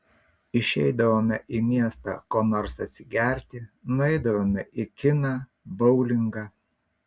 išeidavome į miestą ko nors atsigerti nueidavome į kiną boulingą